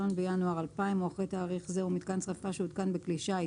בינואר 2000 או אחרי תאריך זה או מיתקן שריפה שהותקן בכלי שיט